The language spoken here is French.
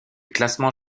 classement